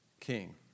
king